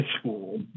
school